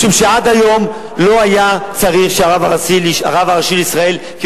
משום שעד היום לא היה צריך שהרב הראשי לישראל,